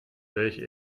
welche